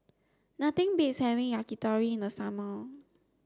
nothing beats having Yakitori in the summer